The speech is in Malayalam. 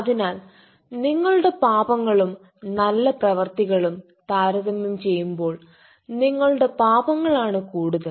അതിനാൽ നിങ്ങളുടെ പാപങ്ങളും നല്ല പ്രവർത്തികളും താരതമ്യം ചെയ്യുമ്പോൾ നിങ്ങളുടെ പാപങ്ങൾ ആണ് കൂടുതൽ